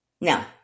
Now